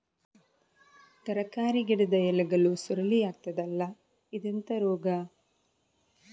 ತರಕಾರಿ ಗಿಡದ ಎಲೆಗಳು ಸುರುಳಿ ಆಗ್ತದಲ್ಲ, ಇದೆಂತ ರೋಗ?